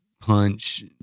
punch